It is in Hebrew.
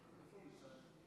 בבקשה.